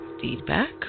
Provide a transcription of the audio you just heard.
feedback